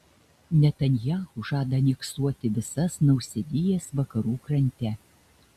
netanyahu žada aneksuoti visas nausėdijas vakarų krante